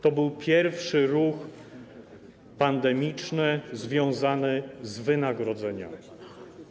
To był pierwszy ruch pandemiczny związany z wynagrodzeniami.